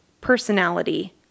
personality